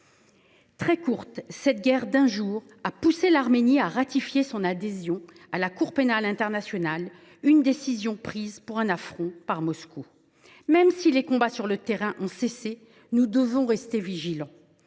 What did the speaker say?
Très courte, cette guerre d’un jour a poussé l’Arménie à ratifier son adhésion à la Cour pénale internationale, une décision prise pour un affront par Moscou. Même si les combats sur le terrain ont cessé, nous devons rester vigilants.